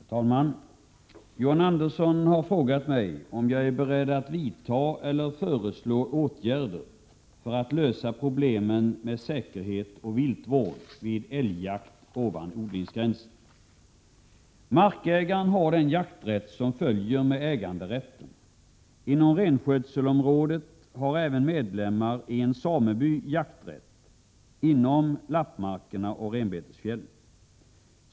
Herr talman! John Andersson har frågat mig om jag är beredd att vidta eller föreslå åtgärder för att lösa problemen med säkerhet och viltvård vid älgjakt ovan odlingsgränsen. Markägaren har den jakträtt som följer med äganderätten. Inom renskötselområdet har även medlemmar i en sameby jakträtt inom lappmarkerna och renbetesfjällen.